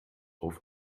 auf